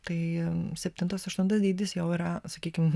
tai septintas aštuntas dydis jau yra sakykim